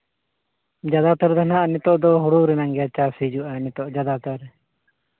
ᱡᱟᱫᱟ ᱛᱚᱨ ᱦᱟᱸᱜ ᱱᱤᱛᱚᱜ ᱫᱚ ᱦᱩᱲᱩ ᱨᱮᱱᱟᱜ ᱜᱮ ᱪᱟᱥ ᱦᱤᱡᱩᱜᱼᱟ ᱱᱤᱛᱚᱜ ᱡᱟᱫᱟ ᱛᱚᱨ